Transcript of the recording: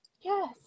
Yes